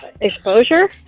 Exposure